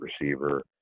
receiver